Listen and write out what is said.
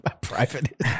Private